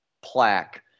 plaque